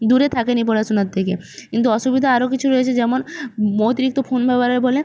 দূরে থাকেনি পড়াশোনার থেকে কিন্তু অসুবিধা আরো কিছু রয়েছে যেমন অতিরিক্ত ফোন ব্যবহারের ফলে